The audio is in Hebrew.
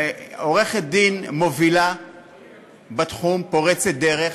היא עורכת-דין מובילה בתחום, פורצת דרך.